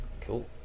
Cool